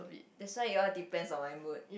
that's why it all depends on my mood